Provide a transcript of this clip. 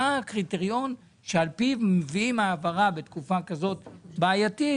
מה הקריטריון שעל פיו מביאים העברה בתקופה כזאת בעייתית,